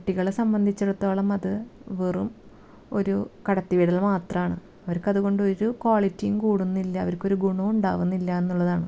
കുട്ടികളെ സംബന്ധിച്ചിടത്തോളം അത് വെറും ഒരു കടത്തി വിടൽ മാത്രമാണ് അവർക്കത് കൊണ്ട് ഒരു ക്വാളിറ്റിയും കൂടുന്നില്ല അവർക്കൊരു ഗുണവും ഉണ്ടാവുന്നില്ല എന്നുള്ളതാണ്